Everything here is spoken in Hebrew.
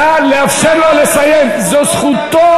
רבותי, תנו לו לסיים את דבריו.